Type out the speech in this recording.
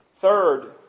Third